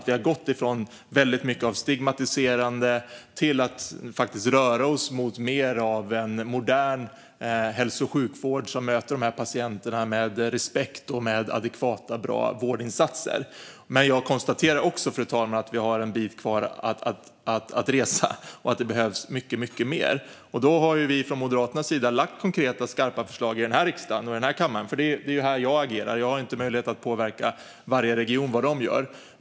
Vi har gått från mycket av stigmatiserande mot en mer modern hälso och sjukvård som möter de patienterna med respekt och med adekvata, bra vårdinsatser. Fru talman! Jag konstaterar dock att vi har en bit kvar att resa. Det behövs mycket mer. Moderaterna har lagt fram konkreta och skarpa förslag i riksdagen och den här kammaren. Det är här jag agerar. Jag har inte möjlighet att påverka vad varje region gör.